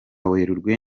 werurwe